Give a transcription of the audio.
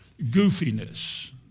goofiness